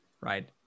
right